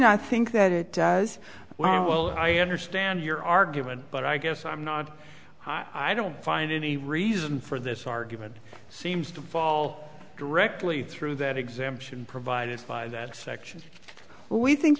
i think that it does well i understand your argument but i guess i'm not high i don't find any reason for this argument seems to fall directly through that exemption provided by that section we think